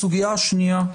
הסוגיה השנייה,